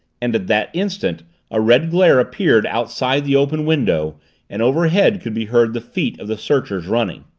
and at that instant a red glare appeared outside the open window and overhead could be heard the feet of the searchers, running.